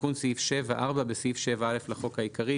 תיקון סעיף 7. בסעיף 7(א) לחוק העיקרי,